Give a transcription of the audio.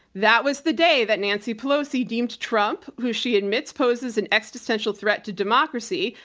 that was the day that nancy pelosi deemed trump, who she admits poses an existential threat to democracy,